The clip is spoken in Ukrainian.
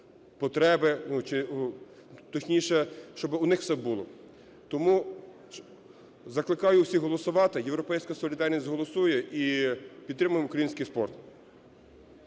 ну, чи, точніше, щоб у них все було. Тому закликаю усіх голосувати, "Європейська солідарність" голосує. І підтримаємо український спорт.